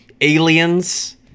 aliens